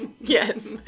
Yes